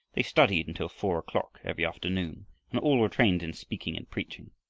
they studied until four o'clock every afternoon and all were trained in speaking and preaching.